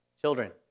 Children